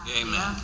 Amen